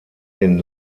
den